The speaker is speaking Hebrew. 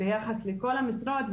ביחס לכל המשרות,